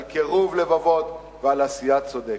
על קירוב לבבות, ועל עשייה צודקת.